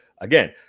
Again